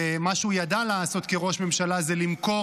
ומה שהוא ידע לעשות כראש ממשלה זה למכור